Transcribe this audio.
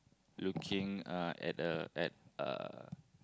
looking uh at a at a